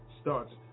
starts